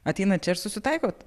ateinat čia ir susitaikot